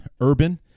Urban